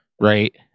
right